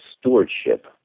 stewardship